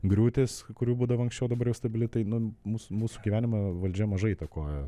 griūtis kurių būdavo anksčiau dabar jau stabili tai nu mus mūsų gyvenimą valdžia mažai įtakoja